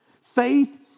Faith